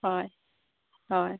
হয় হয়